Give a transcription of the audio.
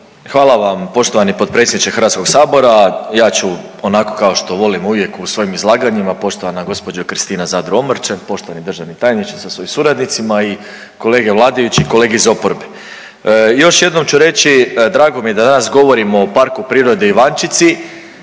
Hvala vam poštovani potpredsjedniče HS, ja ću onako kao što volim uvijek u svojim izlaganjima, poštovana gđo. Kristina Zadro Omrčen, poštovani državni tajniče sa svojim suradnicima i kolege vladajući i kolege iz oporbe. Još jednom ću reći drago mi je da danas govorimo o PP Ivančici,